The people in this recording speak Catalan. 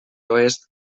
oest